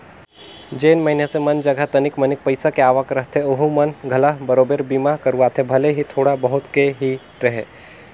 जेन मइनसे मन जघा तनिक मनिक पईसा के आवक रहथे ओहू मन घला बराबेर बीमा करवाथे भले ही थोड़ा बहुत के ही रहें